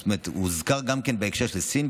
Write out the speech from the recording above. אוזכר גם בהקשר של סין.